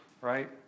right